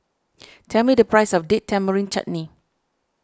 tell me the price of Date Tamarind Chutney